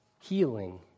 healing